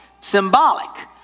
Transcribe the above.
symbolic